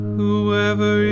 Whoever